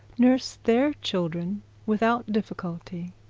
nurse their children without difficulty,